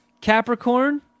Capricorn